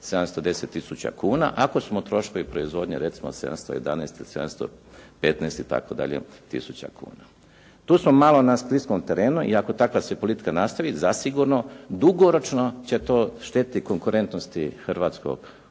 710000 kuna ako su mu troškovi proizvodnje recimo 711 ili 715 itd. tisuća kuna. Tu smo malo na skliskom terenu i ako takva se politika nastavi zasigurno dugoročno će to štetiti konkurentnosti hrvatskog